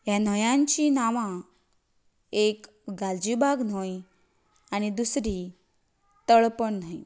हे न्हंयांचीं नांवां एक गालजीबाग न्हंय आनी दुसरी तळपण न्हंय